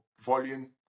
volume